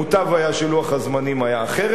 מוטב היה שלוח הזמנים יהיה אחר,